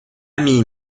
amy